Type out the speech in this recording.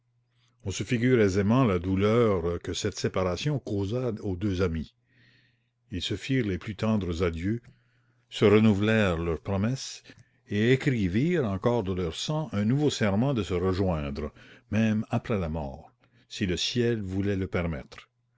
on se figure aisément la douleur que cette séparation causa aux deux amis ils se firent les plus tendres adieux se renouvellèrent leur promesse et écrivirent encore de leur sang un nouveau serment de se rejoindre même après la mort si le ciel voulait le permettre